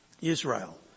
Israel